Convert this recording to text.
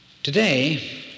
Today